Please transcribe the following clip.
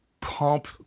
pump